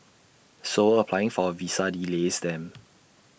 so applying for A visa delays them